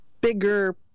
bigger